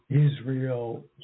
Israel